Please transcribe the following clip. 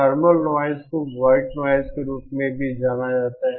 thermal noise को white noise के रूप में भी जाना जाता है